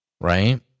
Right